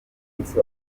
gatatu